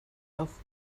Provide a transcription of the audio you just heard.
auf